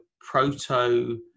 proto